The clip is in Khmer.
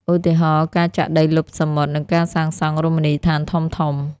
ឧទាហរណ៍ ការចាក់ដីលុបសមុទ្រ និងការសាងសង់រមណីយដ្ឋានធំៗ។